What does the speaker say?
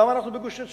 למה אנחנו בגוש-עציון?